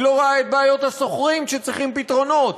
לא רואה את בעיות השוכרים שצריכים פתרונות,